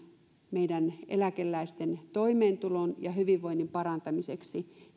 meidän eläkeläisten toimeentulon ja hyvinvoinnin parantamiseksi